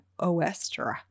Oestra